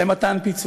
למתן פיצוי,